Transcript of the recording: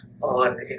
on